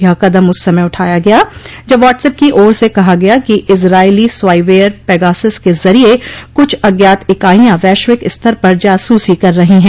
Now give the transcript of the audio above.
यह कदम उस समय उठाया गया जब व्हाट्स एप की ओर से कहा गया कि इजरायली स्वाइवेयर पेगासस के जरिए कुछ अज्ञात इकाइयां वैश्विक स्तर पर जासूसी कर रही हैं